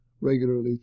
regularly